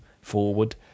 forward